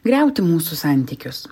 griauti mūsų santykius